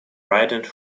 riding